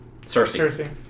Cersei